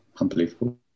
unbelievable